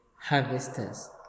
harvesters